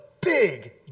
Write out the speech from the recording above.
big